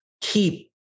keep